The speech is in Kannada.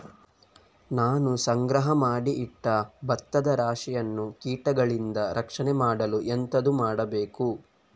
ನಾನು ಸಂಗ್ರಹ ಮಾಡಿ ಇಟ್ಟ ಭತ್ತದ ರಾಶಿಯನ್ನು ಕೀಟಗಳಿಂದ ರಕ್ಷಣೆ ಮಾಡಲು ಎಂತದು ಮಾಡಬೇಕು?